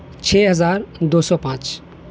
چھ ہزار دو سو پانچ